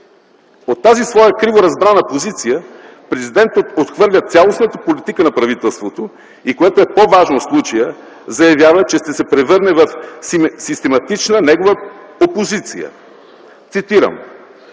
От тази своя криворазбрана позиция президентът отхвърля цялостната политика на правителството, и което е по-важно в случая, заявява, че ще се превърне в систематична негова опозиция. Цитирам: